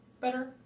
better